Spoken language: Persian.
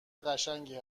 قشنگی